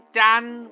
done